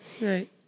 Right